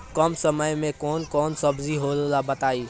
कम समय में कौन कौन सब्जी होला बताई?